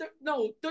no